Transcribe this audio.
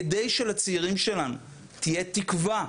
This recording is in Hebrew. כדי שלצעירים שלנו תהיה תקווה,